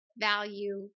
value